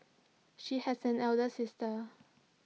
she has an elder sister